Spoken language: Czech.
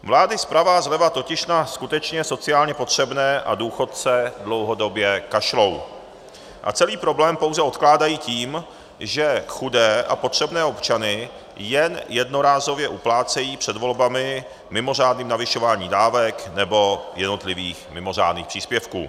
Vlády zprava a zleva totiž na skutečně sociálně potřebné a důchodce dlouhodobě kašlou a celý problém pouze odkládají tím, že chudé a potřebné občany jen jednorázově uplácejí před volbami mimořádným navyšováním dávek nebo jednotlivých mimořádných příspěvků.